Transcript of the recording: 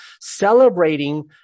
celebrating